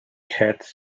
heads